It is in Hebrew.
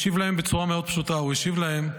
השיב להם בצורה פשוטה מאוד, הוא השיב להם: